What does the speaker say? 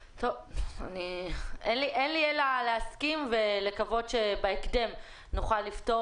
אין לי אלא להסכים ולקוות שבהקדם נוכל לפתור